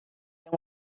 than